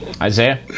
Isaiah